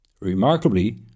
Remarkably